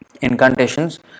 incantations